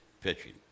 pitching